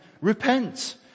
repent